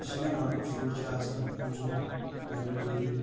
یُس زن یہِ لۄکُٹ شُر چھ آسان أمۍ سُنٛد گۄڈنیُک ؤری